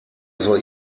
soll